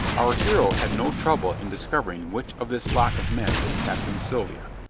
our hero had no trouble in discovering which of this lot of men was captain sylvia,